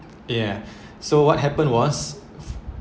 ya so what happen was